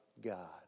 God